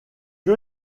que